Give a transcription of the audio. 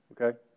Okay